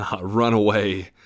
Runaway